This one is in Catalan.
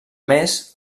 més